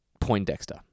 Poindexter